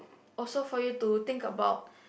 also for you to think about